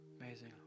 Amazing